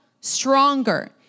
stronger